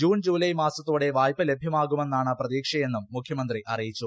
June July മാസത്തോടെ വായ്പ ലഭ്യമാകുമെന്നാണ് പ്രതീക്ഷയെന്നും മുഖ്യമന്ത്രി അറിയിച്ചു